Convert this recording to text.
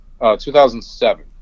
2007